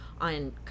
on